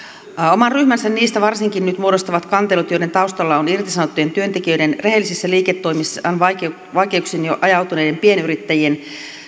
oman ryhmänsä niistä varsinkin nyt muodostavat kantelut joiden taustalla on irtisanottujen työntekijöiden rehellisissä liiketoimissaan vaikeuksiin vaikeuksiin ajautuneiden pienyrittäjien